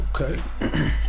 okay